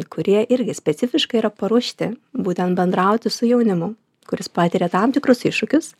kurie irgi specifiškai yra paruošti būtent bendrauti su jaunimu kuris patiria tam tikrus iššūkius